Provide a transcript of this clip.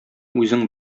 үзең